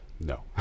No